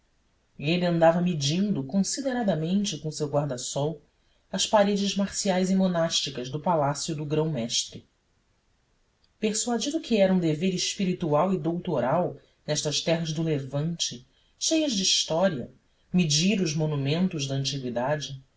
ele andava medindo consideradamente com o seu guarda-sol as paredes marciais e monásticas do palácio do grão mestre persuadido que era um dever espiritual e doutoral nestas terras do levante cheias de história medir os monumentos da antigüidade